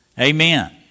Amen